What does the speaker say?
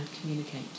communicate